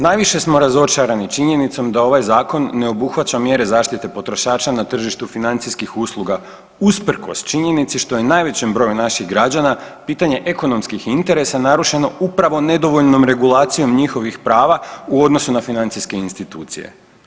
Najviše smo razočarani činjenicom da ovaj Zakon ne obuhvaća mjere zaštite potrošača na tržištu financijskih usluga usprkos činjenici što je najvećem broju naših građana pitanje ekonomskih interesa narušeno upravo nedovoljnom regulacijom njihovih prava u odnosu na financijske institucije.